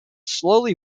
slowly